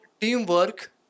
teamwork